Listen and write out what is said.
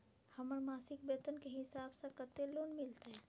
हमर मासिक वेतन के हिसाब स कत्ते लोन मिलते?